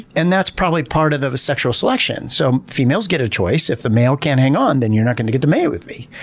and that's probably part of the sexual selection. so females get a choice if the male can't hang on then you're not going to get to mate with me.